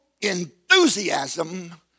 enthusiasm